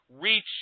reach